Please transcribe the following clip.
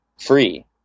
free